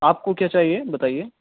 آپ کو کیا چاہیے بتائیے